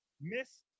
Miss